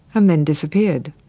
and then disappeared.